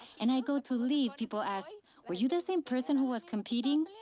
and i go to leave, people ask, were you the same person who was competing?